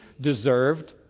deserved